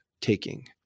taking